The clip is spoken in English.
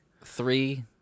three